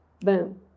Boom